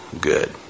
good